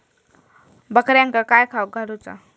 बकऱ्यांका काय खावक घालूचा?